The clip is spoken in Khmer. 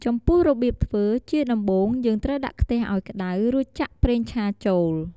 ចំពោះរបៀបធ្វើ ជាដំបូងយើងត្រូវដាក់ខ្ទះឱ្យក្តៅ រួចចាក់ប្រេងឆាចូល។